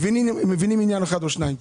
מבינים עניין אחד או שניים.